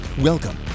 Welcome